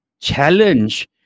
challenge